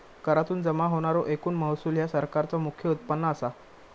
करातुन जमा होणारो एकूण महसूल ह्या सरकारचा मुख्य उत्पन्न असा